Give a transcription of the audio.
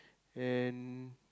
and